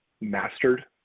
mastered